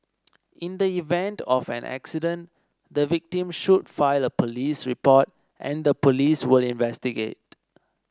in the event of an accident the victim should file a police report and the police will investigate